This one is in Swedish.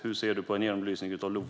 Hur ser statsrådet på en genomlysning av LOV?